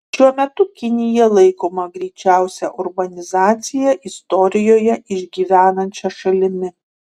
šiuo metu kinija laikoma greičiausią urbanizaciją istorijoje išgyvenančia šalimi